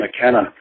McKenna